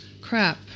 Crap